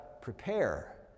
prepare